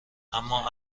اما